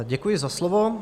Děkuji za slovo.